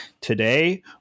Today